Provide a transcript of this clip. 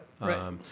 right